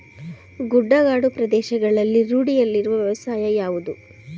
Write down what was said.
ಗುಡ್ಡಗಾಡು ಪ್ರದೇಶಗಳಲ್ಲಿ ರೂಢಿಯಲ್ಲಿರುವ ವ್ಯವಸಾಯ ಯಾವುದು?